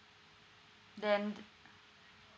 then